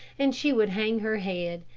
and she would hang her head,